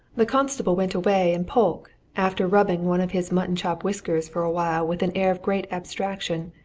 the constable went away, and polke, after rubbing one of his mutton-chop whiskers for awhile with an air of great abstraction,